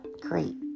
great